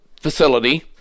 facility